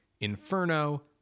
Inferno